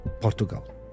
Portugal